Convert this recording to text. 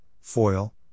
foil